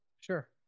Sure